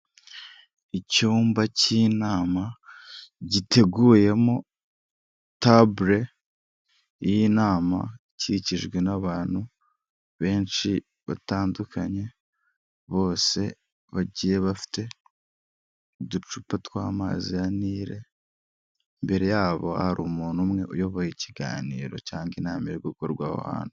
Icyumba k'inama giteguyemo tabure y'inama ikikijwe n'abantu benshi batandukanye bose bagiye bafite uducupa tw'amazi ya Nile, imbere yabo hari umuntu umwe uyoboye ikiganiro cyangwa inama iri gukorwa aho hantu.